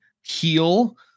heal